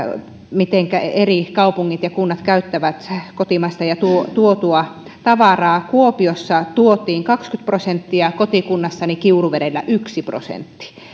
mitenkä eri kaupungit ja kunnat käyttävät kotimaista ja tuotua tavaraa kuopioon tuotiin kaksikymmentä prosenttia kotikuntaani kiuruvedelle yksi prosentti